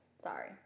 Sorry